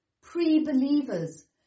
pre-believers